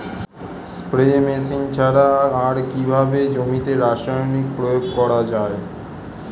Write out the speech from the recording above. Spray machine ছাড়া আর কিভাবে জমিতে রাসায়নিক প্রয়োগ করা যায়?